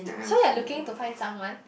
so you are looking to find someone